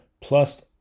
plus